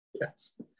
yes